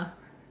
ah